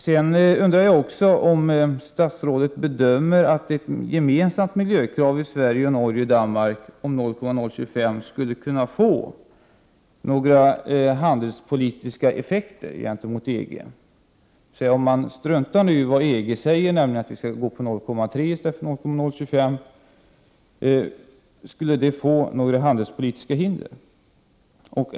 Bedömer statsrådet att ett gemensamt miljökrav i Sverige, Norge och Danmark på 0,025 viktprocent skulle kunna få några handelspolitiska effekter gentemot EG? Om man struntar i vad EG säger, nämligen att vi bör besluta oss för 0,3 viktprocent i stället för 0,025, skulle det få några handelspolitiska effekter?